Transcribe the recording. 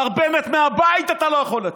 מר בנט, מהבית אתה לא יכול לצאת.